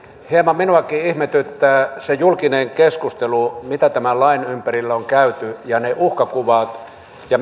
hieman minuakin ihmetyttää se julkinen keskustelu mitä tämän lain ympärillä on käyty ja ne uhkakuvat ja